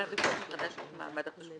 עליו לבדוק מחדש את מעמד החשבון,